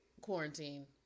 quarantine